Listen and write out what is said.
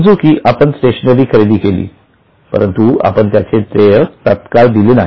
समजू की आपण स्टेशनरी खरेदी केली परंतु आपण त्याचे देयक तात्काळ दिले नाही